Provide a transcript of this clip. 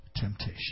temptation